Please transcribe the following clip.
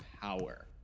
power